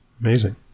Amazing